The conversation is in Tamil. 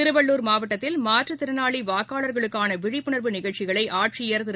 திருவள்ளுர் மாவட்டத்தில் மாற்றுத் திறனாளி வாக்காளர்களுக்கான விழிப்புணர்வு நிகழ்ச்சிகளை ஆட்சியர் திரு